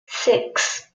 six